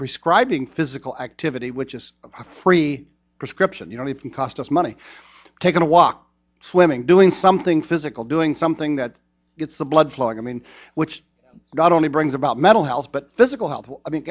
prescribing physical activity which is a free prescription you know even cost us money taking a walk swimming doing something physical doing something that gets the blood flowing i mean what's got only brings about mental health but physical health i mean